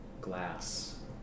glass